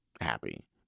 happy